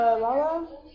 Lala